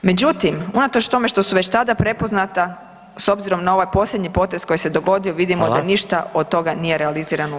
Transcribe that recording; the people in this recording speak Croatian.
Međutim, unatoč tome što su već tada prepoznata s obzirom na ovaj posljednji potez koji se dogodio, vidimo da ništa od toga nije realizirano u praksi.